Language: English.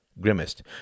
grimaced